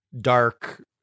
dark